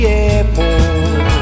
airport